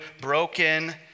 broken